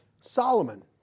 Solomon